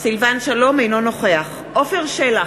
אינו נוכח עפר שלח,